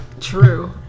True